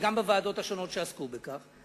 וגם בוועדות השונות שעסקו בכך.